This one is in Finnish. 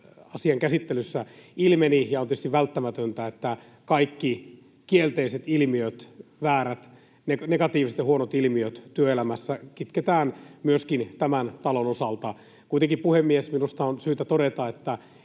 asian käsittelyssä ilmeni, ja on tietysti välttämätöntä, että kaikki kielteiset ilmiöt, negatiiviset ja huonot ilmiöt, työelämässä kitketään myöskin tämän talon osalta. Kuitenkin, puhemies, minusta on syytä todeta, että